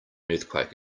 earthquake